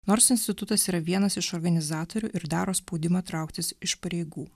nors institutas yra vienas iš organizatorių ir daro spaudimą trauktis iš pareigų